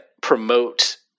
promote